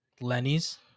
Lenny's